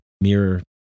mirror